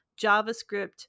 JavaScript